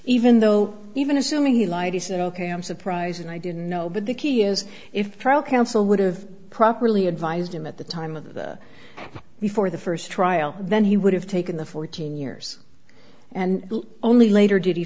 even though even assuming he lied he said ok i'm surprised i didn't know but the key is if the trial counsel would have properly advised him at the time of that before the first trial then he would have taken the fourteen years and only later did